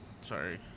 Sorry